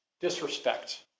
disrespect